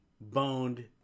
boned